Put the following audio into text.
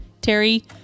Terry